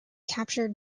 captured